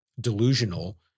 delusional